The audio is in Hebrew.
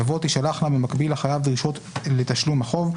יבוא "תישלחנה במקביל לחייב דרישות לתשלום החוב,